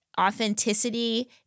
authenticity